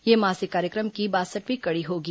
ये मासिक कार्यक्रम की बासठवीं कड़ी होगी